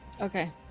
Okay